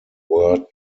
were